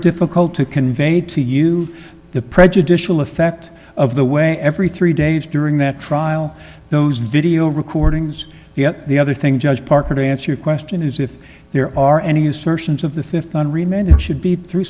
difficult to convey to you the prejudicial effect of the way every three days during that trial those video recordings yet the other thing judge parker to answer your question is if there are any assertions of the fifth on remand it should be through